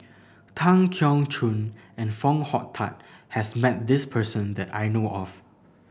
Tan Keong Choon and Foo Hong Tatt has met this person that I know of